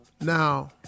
now